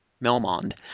Melmond